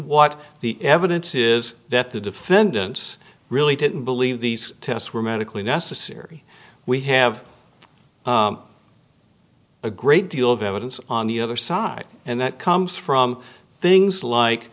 what the evidence is that the defendants really didn't believe these tests were medically necessary we have a great deal of evidence on the other side and that comes from things like